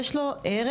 יש לו ערך,